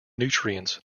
nutrients